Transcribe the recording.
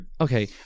Okay